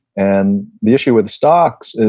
and the issue with stocks, and